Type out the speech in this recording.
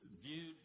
viewed